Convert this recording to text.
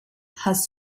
has